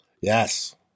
Yes